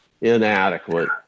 inadequate